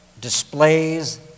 displays